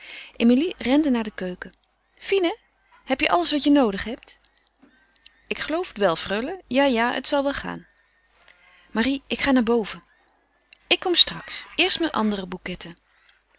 emilie rende naar de keuken fine heb je alles wat je noodig hebt ik geloof het wel freule ja ja het zal wel gaan marie ik ga naar boven ik kom straks eerst mijn andere bouquetten